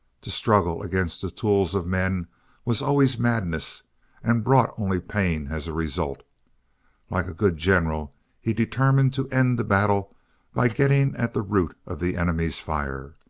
to struggle against the tools of man was always madness and brought only pain as a result like a good general he determined to end the battle by getting at the root of the enemy's fire,